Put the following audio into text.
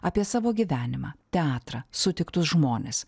apie savo gyvenimą teatrą sutiktus žmones